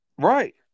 Right